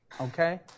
okay